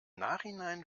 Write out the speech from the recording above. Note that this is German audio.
nachhinein